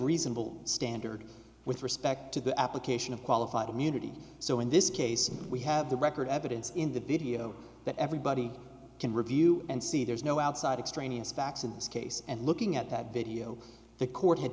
reasonable standard with respect to the application of qualified immunity so in this case we have the record evidence in the video that everybody can review and see there's no outside extraneous facts in this case and looking at that video the court had